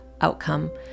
outcome